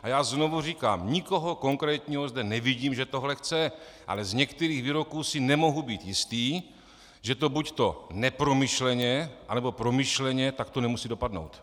A já znovu říkám: nikoho konkrétního zde nevidím, že tohle chce, ale z některých výroků si nemohu být jistý, že to buďto nepromyšleně, anebo promyšleně, takto nemusí dopadnout.